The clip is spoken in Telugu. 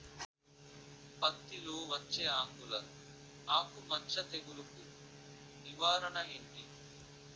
పత్తి లో వచ్చే ఆంగులర్ ఆకు మచ్చ తెగులు కు నివారణ ఎంటి?